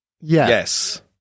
Yes